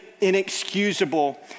inexcusable